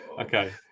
Okay